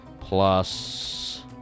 plus